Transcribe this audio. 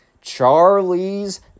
Charlie's